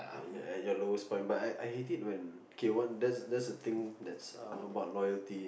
yeah at your lowest point but I I hate it when K one that's that's the thing that's uh about loyalty